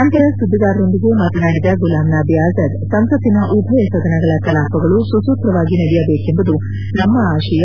ನಂತರ ಸುದ್ದಿಗಾರರೊಂದಿಗೆ ಮಾತನಾಡಿದ ಗುಲಾಮ್ ನಬಿ ಆಜಾದ್ ಸಂಸತ್ತಿನ ಉಭಯ ಸದನಗಳ ಕಲಾಪಗಳು ಸುಸೂತ್ರವಾಗಿ ನಡೆಯಬೇಕೆಂಬುದು ನಮ್ನ ಆತಯ